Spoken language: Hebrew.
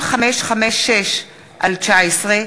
חיבור חשמל מטעמים